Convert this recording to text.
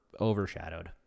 overshadowed